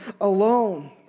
alone